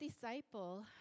disciple